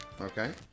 Okay